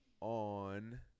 on